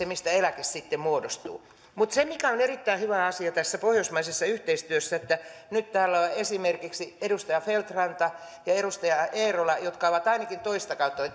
mistä eläke sitten muodostuu olisi saatu pelkästään suomessa mutta se mikä on erittäin hyvä asia tässä pohjoismaisessa yhteistyössä on se että nyt siellä ovat esimerkiksi edustaja feldt ranta ja edustaja eerola jotka ovat ainakin toista kautta